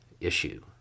issue